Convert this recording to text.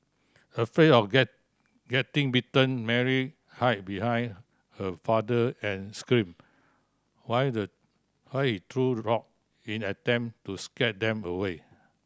afraid of get getting bitten Mary hid behind her father and screamed while the high threw rock in an attempt to scare them away